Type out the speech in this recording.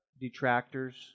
detractors